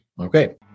Okay